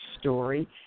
story